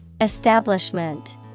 Establishment